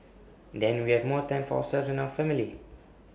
then we have more time for ourselves and our family